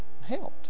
helped